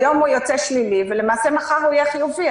אז היום הוא יוצא שלילי ולמעשה מחר הוא יהיה חיובי.